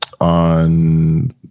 On